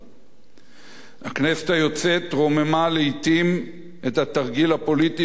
הכנסת היוצאת רוממה לעתים את התרגיל הפוליטי יותר מאשר